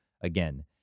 again